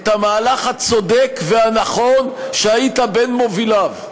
את המהלך הצודק והנכון שהיית בין מוביליו.